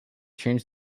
changed